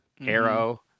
arrow